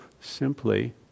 simply